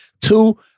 Two